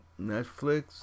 Netflix